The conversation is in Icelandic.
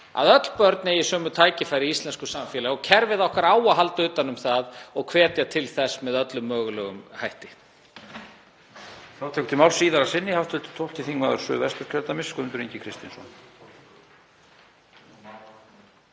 að öll börn fái sömu tækifæri í íslensku samfélagi og kerfið okkar á að halda utan um þau og hvetja til þess með öllum mögulegum hætti.